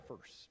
first